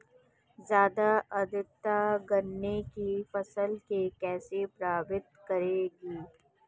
ज़्यादा आर्द्रता गन्ने की फसल को कैसे प्रभावित करेगी?